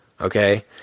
okay